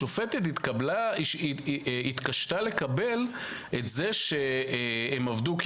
השופטת התקשתה לקבל את זה שהם עבדו כי